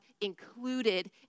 included